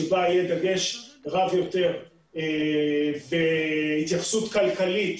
שבה יהיה דגש רב יותר והתייחסות כלכלית